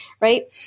Right